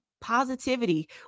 positivity